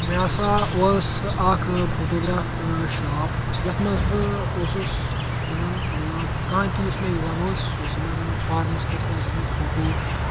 مےٚ سَا اوس اَکھ فوٹوگرٛاف شاپ یَتھ منٛز بہٕ اوسُس یِوان مطلب کانٛہہ تہِ یُس مےٚ یِوان اوس سُہ اوس مےٚ گَرَ فارمَس خٲطرٕ ہَسا چھُ مےٚ فوٹوٗ